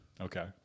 Okay